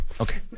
Okay